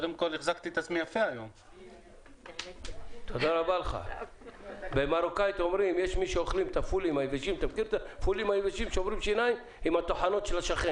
הוא בעל מכסה שייצר את מכסתו קודם לשנת התכנון.